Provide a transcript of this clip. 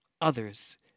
others